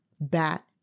bat